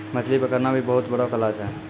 मछली पकड़ना भी बहुत बड़ो कला छै